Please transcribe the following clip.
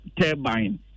turbine